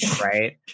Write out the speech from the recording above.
right